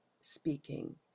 speaking